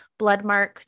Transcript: Bloodmarked